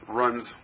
runs